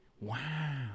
Wow